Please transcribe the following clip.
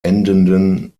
endenden